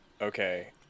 Okay